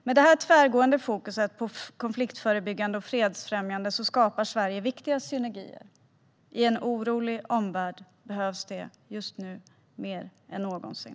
Med detta tvärgående fokus på konfliktförebyggande och fredsfrämjande åtgärder skapar Sverige viktiga synergier. I en orolig omvärld behövs det just nu mer än någonsin.